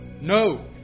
No